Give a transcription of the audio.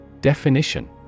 Definition